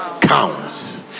counts